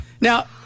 Now